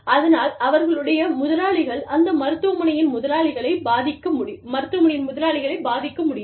அதனால் அவர்களுடைய முதலாளிகள் அந்த மருத்துவமனையின் முதலாளிகளை பாதிக்க முடியும்